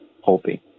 hoping